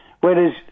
whereas